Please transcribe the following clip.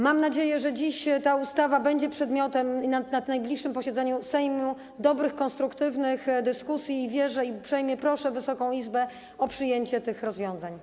Mam nadzieję, że dziś ta ustawa będzie przedmiotem, i na najbliższym posiedzeniu Sejmu, dobrych, konstruktywnych dyskusji, i uprzejmie proszę Wysoką Izbę o przyjęcie tych rozwiązań.